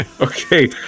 Okay